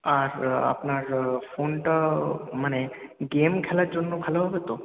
আর আপনার ফোনটা মানে গেম খেলার জন্য ভালো হবে তো